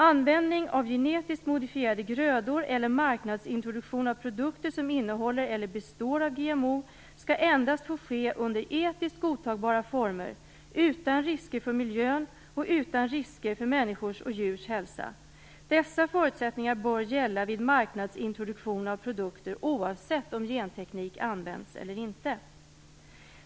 Användning av gentekniskt modifierade grödor eller marknadsintroduktion av produkter som innehåller eller består av GMO skall endast få ske under etiskt godtagbara former, utan risker för miljön och utan risker för människors och djurs hälsa. Dessa förutsättningar bör gälla vid marknadsintroduktion av produkter oavsett om genteknik använts eller inte.